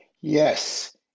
Yes